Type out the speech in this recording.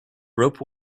rope